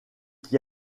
qui